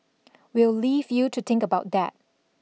we'll leave you to think about that